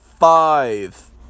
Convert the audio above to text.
Five